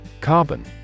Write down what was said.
Carbon